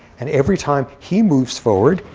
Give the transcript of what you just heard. and every time he moves forward,